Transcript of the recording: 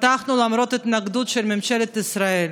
פתחנו למרות התנגדות של ממשלת ישראל.